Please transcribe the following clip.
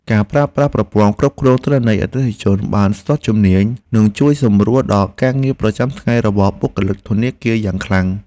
ការប្រើប្រាស់ប្រព័ន្ធគ្រប់គ្រងទិន្នន័យអតិថិជនបានស្ទាត់ជំនាញនឹងជួយសម្រួលដល់ការងារប្រចាំថ្ងៃរបស់បុគ្គលិកធនាគារយ៉ាងខ្លាំង។